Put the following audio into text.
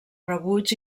rebuig